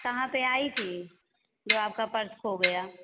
कहाँ पर आई थी जो आपका पर्स खो गया